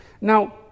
Now